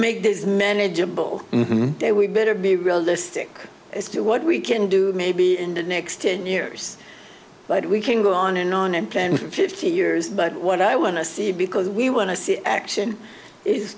make this manageable we better be realistic as to what we can do maybe in the next ten years but we can go on and on and plan for fifty years but what i want to see because we want to see action is